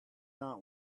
not